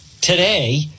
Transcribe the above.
today